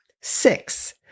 Six